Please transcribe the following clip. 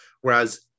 Whereas